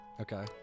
Okay